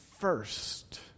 first